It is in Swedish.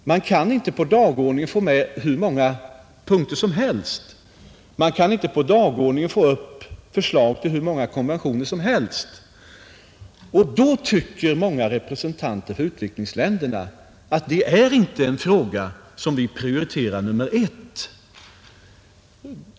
Man kan inte på dagordningen få med hur många punkter som helst; man kan inte få upp förslag till hur många konventioner som helst. Då tycker många representanter för utvecklingsländerna att detta inte är en fråga som de vill prioritera som nr 1.